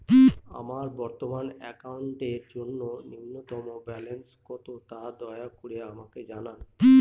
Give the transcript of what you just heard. আমার বর্তমান অ্যাকাউন্টের জন্য ন্যূনতম ব্যালেন্স কত, তা দয়া করে আমাকে জানান